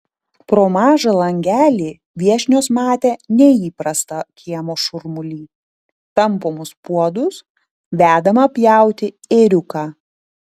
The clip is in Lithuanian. pro mažą langelį viešnios matė neįprastą kiemo šurmulį tampomus puodus vedamą pjauti ėriuką